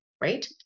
right